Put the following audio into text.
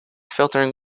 filtering